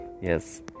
yes